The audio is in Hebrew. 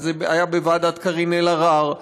וזה היה בוועדת קארין אלהרר,